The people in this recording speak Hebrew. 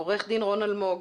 עורך דין רון אלמוג,